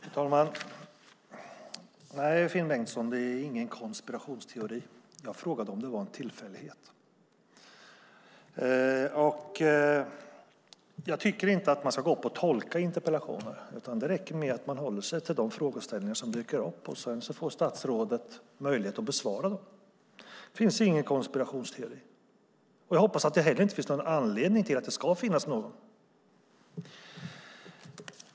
Fru talman! Nej, Finn Bengtsson, det är ingen konspirationsteori. Jag frågade om det var en tillfällighet. Jag tycker inte att man ska tolka interpellationer. Det räcker med att man håller sig till de frågeställningar som dyker upp. Sedan får statsrådet möjlighet att besvara dem. Det finns ingen konspirationsteori. Jag hoppas att det heller inte finns någon anledning till att det skulle finnas någon.